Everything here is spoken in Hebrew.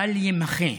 בל יימחה,